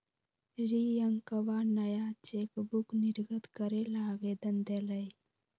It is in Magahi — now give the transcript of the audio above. रियंकवा नया चेकबुक निर्गत करे ला आवेदन देलय